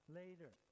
later